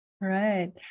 Right